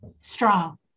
Strong